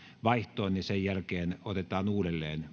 vaihtoon ja sen jälkeen otetaan uudelleen